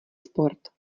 sport